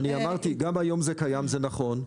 גם היום זה קיים זה נכון,